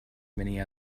many